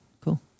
cool